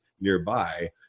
nearby